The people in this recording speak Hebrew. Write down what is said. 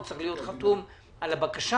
הוא צריך להיות חתום על הבקשה.